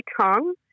tongue